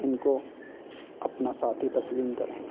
ان کو اپنا ساتھی تسلیم کریں